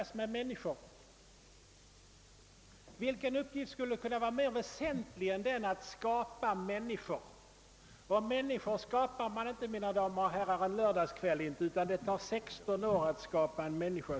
Vilken uppgift skulle kunna vara mer väsentlig än den att skapa människor. Och människor skapar man inte, mina damer och herrar, på en lördagskväll. Det tar som bekant 16 år att skapa en människa.